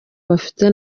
bagira